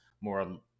more